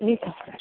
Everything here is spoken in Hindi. ये क्या हो रहा है